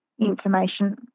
information